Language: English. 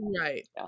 Right